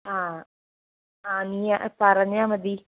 ആ ആ നീ പറഞ്ഞാൽ മതി